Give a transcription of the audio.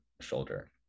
shoulder